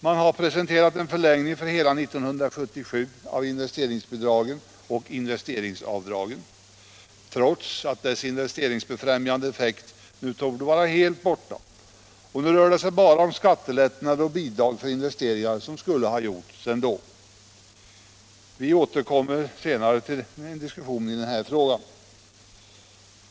Man har presenterat förslag om en förlängning för hela 1977 av investeringsbidragen och investeringsavdragen, trots att deras investeringsfrämjande effekt nu torde vara helt borta; nu rör det sig bara om skattelättnader och bidrag till investeringar som skulle ha gjorts ändå. Vi återkommer senare till en diskussion i den frågan.